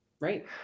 Right